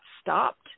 stopped